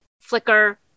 flicker